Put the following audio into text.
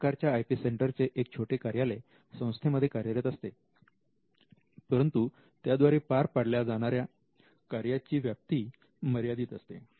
या प्रकारच्या I P centre चे एक छोटे कार्यालय संस्थेमध्ये कार्यरत असते परंतु त्याद्वारे पार पाडल्या जाणार या कार्याची व्याप्ती मर्यादित असते